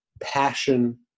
passion